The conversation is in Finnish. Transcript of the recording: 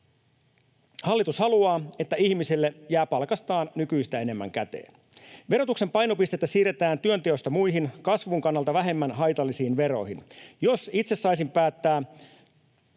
Hallitus haluaa, että ihmiselle jää palkastaan nykyistä enemmän käteen. Verotuksen painopistettä siirretään työnteosta muihin, kasvun kannalta vähemmän haitallisiin veroihin. Jos itse saisin päättää,